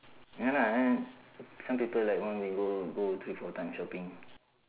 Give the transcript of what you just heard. ya lah and some people like one week go go three four time shopping